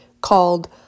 called